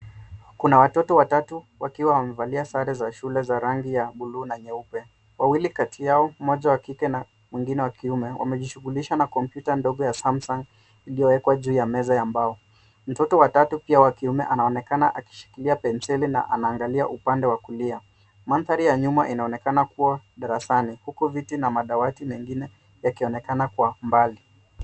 Kuna watoto watatu wakiwa wamevalia sare za shule za rangi ya bluu na nyeupe. Wawili kati yao mmoja wa kike na mwingine wa kiume wamejishughulisha na komputa ndogo ya (cs )samsung(cs) iliyowekwa juu ya meza ya mbao. Mtoto wa tatu pia wakiume anaonekana akishikilia penseli na anaangalia upande wa kulia. Mandhari ya nyuma inaonekana kuwa darasani huku viti na madawati mengine yakionekana kwa mbali.